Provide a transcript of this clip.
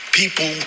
people